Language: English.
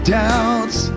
doubts